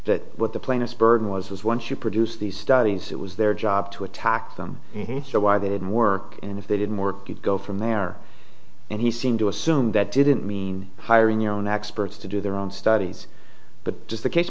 that what the plaintiff's burden was was once you produce these studies it was their job to attack them or why they didn't work and if they didn't work you'd go from there and he seemed to assume that didn't mean hiring your own experts to do their own studies but just a case